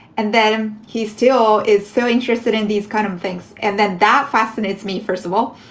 and then he still is so interested in these kind of things. and that that fascinates me. first of all,